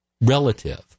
relative